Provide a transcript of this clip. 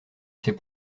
sais